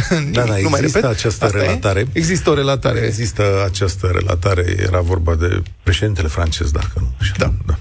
Da, nu, da, nu mai repet, există această asta e? relatare. Există o relatare. Există această relatare, era vorba de președintele francez, dacă nu mă înșel, Da. da.